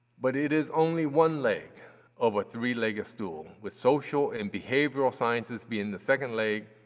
but it is only one leg of a three-leg stool with social and behavioral sciences being the second leg,